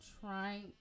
trying